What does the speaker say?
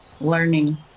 learning